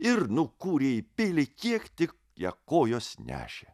ir nukūrė į pilį kiek tik ją kojos nešė